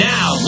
Now